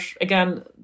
again